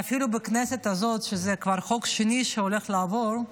ואפילו בכנסת הזאת, שזה כבר חוק שני שהולך לעבור,